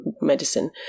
medicine